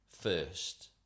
first